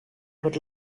would